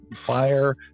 fire